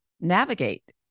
navigate